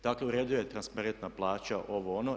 Dakle, u redu je transparentna plaća, ovo, ono.